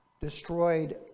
destroyed